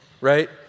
Right